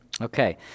Okay